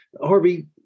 Harvey